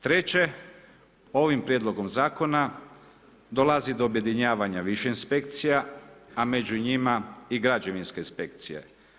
Treće, ovim prijedlogom zakona dolazi do objedinjavanja više inspekcija a među njima i građevinska inspekcija.